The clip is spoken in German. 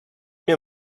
mir